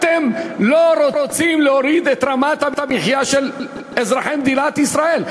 אתם לא רוצים להוריד את יוקר המחיה של אזרחי מדינת ישראל.